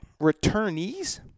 returnees